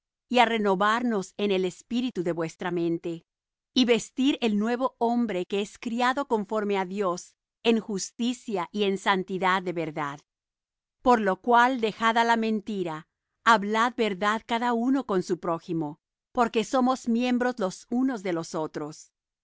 á renovarnos en el espíritu de vuestra mente y vestir el nuevo hombre que es criado conforme á dios en justicia y en santidad de verdad por lo cual dejada la mentira hablad verdad cada uno con su prójimo porque somos miembros los unos de los otros